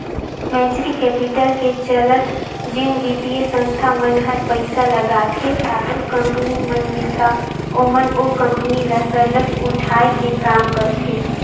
venture capital के चलत जेन बित्तीय संस्था मन हर पइसा लगाथे काकरो कंपनी मन में ता ओमन ओ कंपनी ल सरलग उठाए के काम करथे